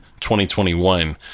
2021